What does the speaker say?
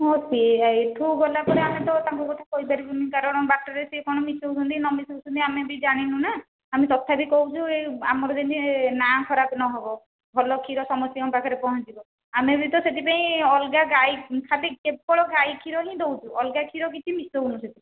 ହଁ ସେଇଆ ଏଇଠୁ ଗଲାପରେ ଆମେ ତ ତାଙ୍କ କଥା କହିପାରିବୁନି କାରଣ ବାଟରେ ସେ କ'ଣ ମିଶାଉଛନ୍ତି ନ ମିଶାଉଛନ୍ତି ଆମେ ବି ଜାଣିନୁ ନା ଆମେ ତଥାପି କହୁଛୁ ଆମର ଯେମିତି ନାଁ ଖରାପ ନ ହେବ ଭଲ କ୍ଷୀର ସମସ୍ତଙ୍କ ପାଖରେ ପହଞ୍ଚିବ ଆମେ ବି ତ ସେଥିପାଇଁ ଅଲଗା ଗାଈ ଖାଲି କେବଳ ଗାଈ କ୍ଷୀର ହିଁ ଦେଉଛୁ ଅଲଗା କ୍ଷୀର କିଛି ମିଶାଉନୁ ସେଥିରେ